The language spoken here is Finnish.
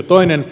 toinen